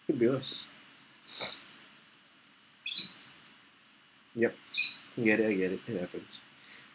to build a yup get it I get it it happens